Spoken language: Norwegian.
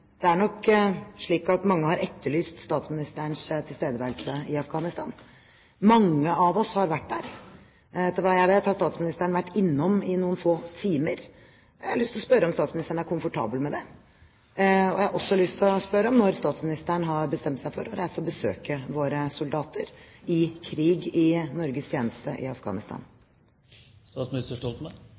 Det er nok slik at mange har etterlyst statsministerens tilstedeværelse i Afghanistan. Mange av oss har vært der. Etter hva jeg vet, har statsministeren vært innom i noen få timer. Jeg har lyst til å spørre om statsministeren er komfortabel med det. Jeg har også lyst til å spørre om når statsministeren har bestemt seg for å reise og besøke våre soldater i krig i Norges tjeneste i